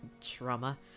trauma